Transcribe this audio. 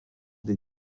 des